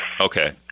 Okay